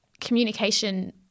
communication